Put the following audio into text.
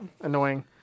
Annoying